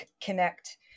connect